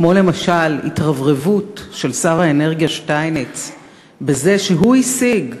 כמו למשל התרברבות של שר האנרגיה שטייניץ בזה שהוא השיג,